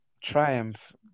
triumph